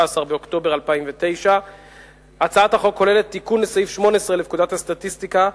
באוקטובר 2009. הצעת החוק כוללת תיקון לסעיף 18 לפקודת הסטטיסטיקה,